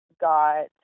got